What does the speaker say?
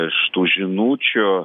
iš tų žinučių